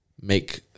make